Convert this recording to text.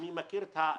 אני מכיר את האזור.